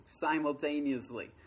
simultaneously